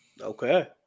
Okay